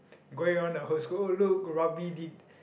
going around the whole school oh look rugby did